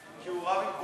כי הוא רב עם כולם.